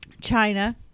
China